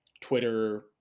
twitter